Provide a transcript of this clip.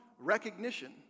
recognition